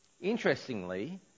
Interestingly